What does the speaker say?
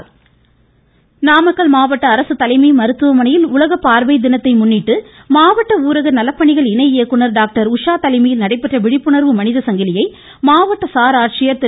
உலக பார்வை தினம் நாமக்கல் மாவட்ட அரசு தலைமை மருத்துவமனையில் உலக பார்வை தினத்தை முன்னிட்டு மாவட்ட ஊரக நலப்பணிகள் இணை இயக்குனர் டாக்டர் உஷா தலைமையில் நடைபெற்ற விழிப்புணர்வு மனித சங்கிலியை மாவட்ட சார் ஆட்சியர் திரு